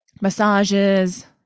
massages